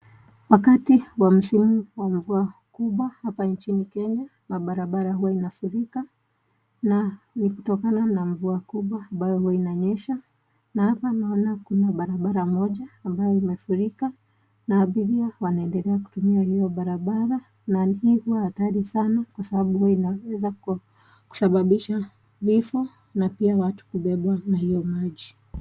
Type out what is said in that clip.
Wakati wa msimu wa mvua kubwa hapa nchini Kenya, barabara huwa inafurika na ni kutokana na mvua kubwa ambayo huwa inanyesha, na hapa naona kuna barabara moja ambayo imefurika na abiria wanaendelea kutumia hiyo barabara na hii huwa hatari sana kwa sababu inaweza kusababisha vifo na pia watu bubebwa na hiyo maji.